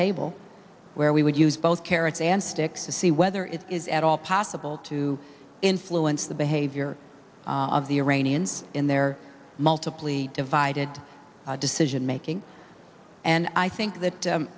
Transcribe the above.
table where we would use both carrots and sticks to see whether it is at all possible to influence the behavior of the iranians in their multiple divided decision making and i think that